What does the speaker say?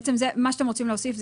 גם השותפות היא לצורך הבהרה.